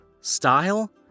style